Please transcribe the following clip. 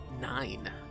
Nine